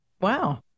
Wow